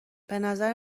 بنظر